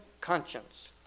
conscience